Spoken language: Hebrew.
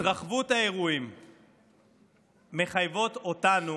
התרחבות האירועים מחייבת אותנו